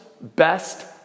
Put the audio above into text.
Best